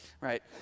right